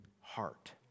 heart